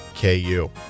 KU